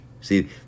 See